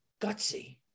Gutsy